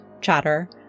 Chatter